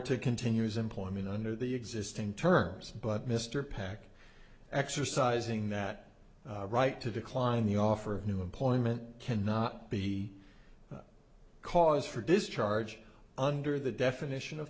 to continue his employment under the existing terms but mr pak exercising that right to decline the offer of new employment cannot be cause for discharge under the definition of